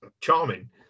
charming